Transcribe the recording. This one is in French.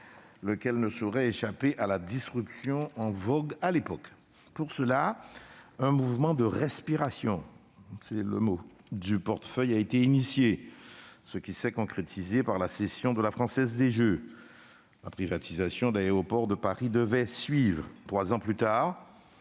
lequel ne saurait échapper à la disruption en vogue à l'époque. Pour cela, un mouvement de « respiration » du portefeuille a été engagé, ce qui s'est concrétisé par la cession de la Française des jeux. La privatisation d'Aéroports de Paris devait suivre. Trois ans plus tard,